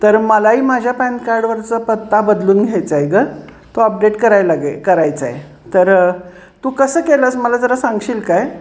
तर मलाही माझ्या पॅन कार्डवरचा पत्ता बदलून घ्यायचा आहे ग तो अपडेट करायलागे करायचा आहे तर तू कसं केलंस मला जरा सांगशील काय